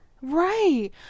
right